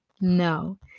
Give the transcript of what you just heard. no